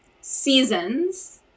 seasons